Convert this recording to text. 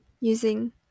using